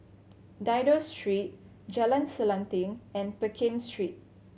Dido Street Jalan Selanting and Pekin Street